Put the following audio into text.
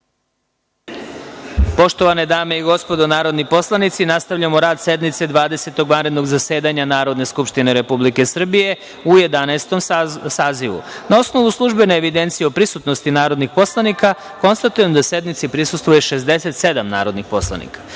Poštovane dame i gospodo narodni poslanici, nastavljamo rad sednice Dvadesetog vanrednog zasedanja Narodne skupštine Republike Srbije u Jedanaestom sazivu. Na osnovu službene evidencije o prisutnosti narodnih poslanika, konstatujem da sednici prisustvuje 67 narodnih poslanika. Radi